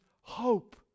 hope